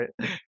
right